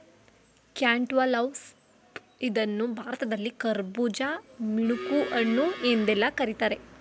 cantaloupe ಇದನ್ನು ಭಾರತದಲ್ಲಿ ಕರ್ಬುಜ, ಮಿಣಕುಹಣ್ಣು ಎಂದೆಲ್ಲಾ ಕರಿತಾರೆ